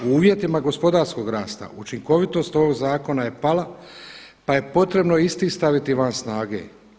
U uvjetima gospodarskog rasta učinkovitost ovog zakona je pala, pa je potrebno isti staviti van snage.